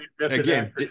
again